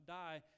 die